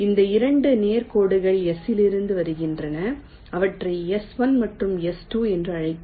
இந்த 2 நேர் கோடுகள் S இலிருந்து வருகின்றன அவற்றை S1 மற்றும் S2 என்று அழைக்கவும்